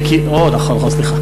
מיקי, אוה, נכון, נכון, סליחה.